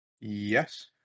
Yes